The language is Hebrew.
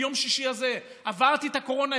ביום שישי הזה: עברתי את הקורונה,